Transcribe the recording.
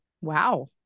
Wow